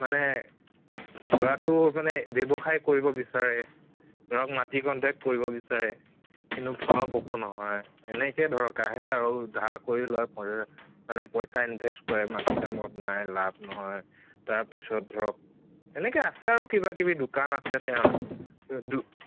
মানে ল'ৰাটো মানে ব্য়ৱসায় কৰিব বিচাৰে ধৰক মাটিৰ কন্ট্ৰেক কৰিব বিচাৰে কিন্তু ফলপ্ৰসূ নহয় এনেকে ধৰক আহে আৰু ধাৰ কৰি লয় মানে পইচা ইনভেষ্ট কৰে মাটিৰ কামত নাই লাভ নহয় তাৰ পিছত ধৰক এনেকে আছে আৰু কিবা কিবি দোকান আছে তেওঁলোক দো